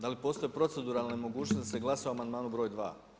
Da li postoje proceduralne mogućnosti da se glasa o amandmanu br. 2?